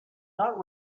not